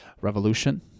Revolution